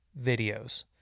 videos